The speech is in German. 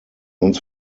uns